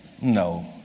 No